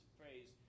phrase